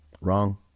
Wrong